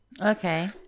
okay